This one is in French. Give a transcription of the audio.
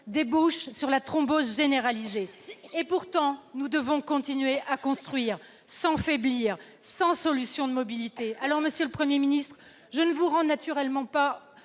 débouche sur une thrombose généralisée. Pourtant, nous devons continuer à construire, sans faiblir, sans solution de mobilité. Alors, monsieur le Premier ministre, je ne vous rends naturellement pas